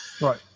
Right